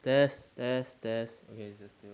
test test test okay it's the scales